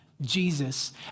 Jesus